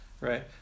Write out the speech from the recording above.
right